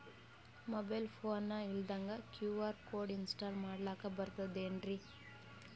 Mobile phone ಇಲ್ದಂಗ QR code install ಮಾಡ್ಲಕ ಬರ್ತದೇನ್ರಿ?